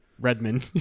Redman